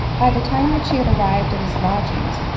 by the time that she had arrived at his lodgings,